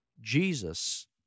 Jesus